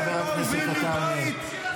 חבר הכנסת עטאונה.